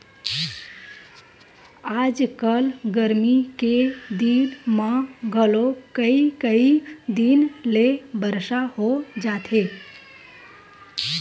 आजकल गरमी के दिन म घलोक कइ कई दिन ले बरसा हो जाथे